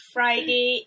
Friday